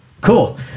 cool